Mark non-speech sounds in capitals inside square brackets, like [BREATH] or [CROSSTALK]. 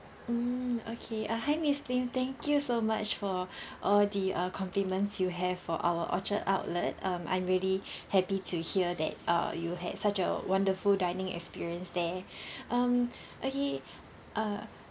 mm okay uh hi miss lim thank you so much for [BREATH] all the uh compliments you have for our orchard outlet um I'm really [BREATH] happy to hear that uh you had such a wonderful dining experience there [BREATH] um okay uh